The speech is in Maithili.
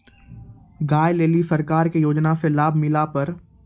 गाय ले ली सरकार के योजना से लाभ मिला पर?